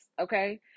okay